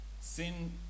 Sin